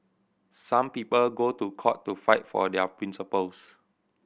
some people go to court to fight for their principles